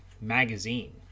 magazine